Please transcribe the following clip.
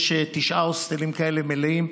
יש תשעה הוסטלים כאלה, מלאים,